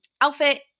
outfit